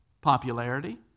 popularity